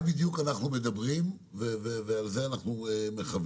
על זה בדיוק אנחנו מדברים, ועל זה אנחנו מכוונים.